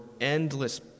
endless